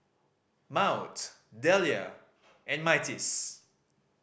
Maud Delia and Myrtis